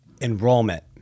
enrollment